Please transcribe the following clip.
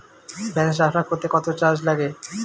Balance transfer করতে কত charge লাগে?